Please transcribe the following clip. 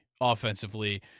offensively